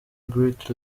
great